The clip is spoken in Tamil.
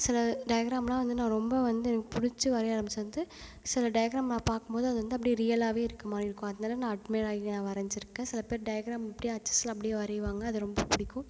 சில டயக்ராம்லாம் வந்து நான் ரொம்ப வந்து எனக்கு பிடிச்சு வரைய ஆரம்பிச்சது சில டயக்ராம் நான் பார்க்கும் போது அது வந்து அப்படியே ரியலாகவே இருக்க மாதிரி இருக்கும் அதனால் நான் அட்மையர் ஆகி நான் வரஞ்சுருக்கேன் சில பேர் டயக்ராம் அப்படியே அச்சு அசலாக அப்படியே வரைவாங்க அது ரொம்ப பிடிக்கும்